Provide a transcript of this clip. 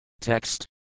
Text